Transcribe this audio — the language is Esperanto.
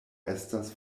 estas